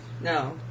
No